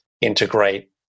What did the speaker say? integrate